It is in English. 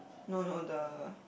no no the